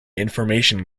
information